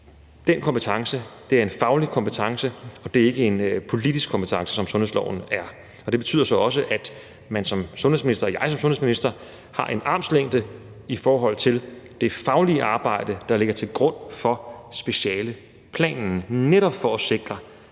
sundhedsvæsenet er en faglig kompetence; det er ikke en politisk kompetence, som sundhedsloven er. Det betyder så også, at jeg som sundhedsminister har et armslængdeprincip i forhold til det faglige arbejde, der ligger til grund for specialeplanen, netop for at sikre